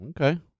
Okay